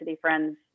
friends